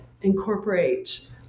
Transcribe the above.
incorporate